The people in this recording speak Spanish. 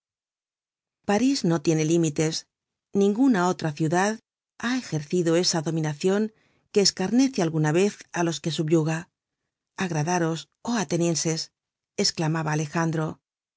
parís no tiene límites ninguna otra ciudad ha ejercido esa dominacion que escarnece alguna vez á los que subyuga agradaros oh atenienses esclamaba alejandro